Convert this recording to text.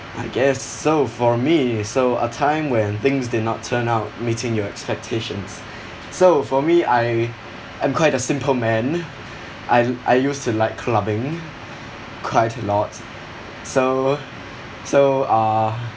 I guess so for me so a time when things did not turn out meeting your expectations so for me I am quite a simple man I I used to like clubbing quite a lot so so uh